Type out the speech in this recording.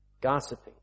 gossiping